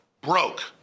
broke